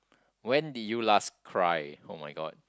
when did you last cry [oh]-my-god